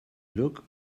look